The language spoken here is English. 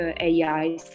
AI